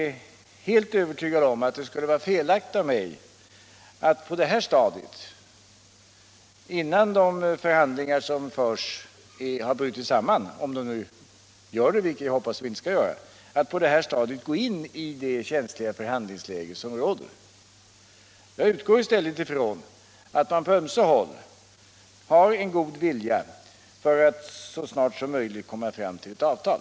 Men jag är helt övertygad om att det skulle vara felaktigt av mig att göra ett uttalande i det känsliga läge som råder, innan dessa förhandlingar har brutit samman — om de nu gör det, vilket jag hoppas att de inte skall. Jag utgår i stället från att man på ömse håll har en god vilja och syftar till att så snart som möjligt komma fram till ett avtal.